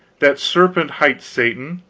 that serpent hight satan,